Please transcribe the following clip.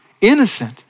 innocent